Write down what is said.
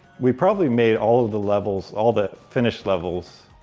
we probably made all of the levels, all the finished levels,